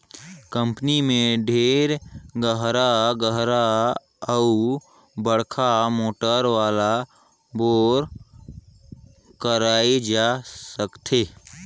company में ढेरे गहरा गहरा अउ बड़का मोटर वाला बोर कराए जा सकथे